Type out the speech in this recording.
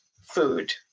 food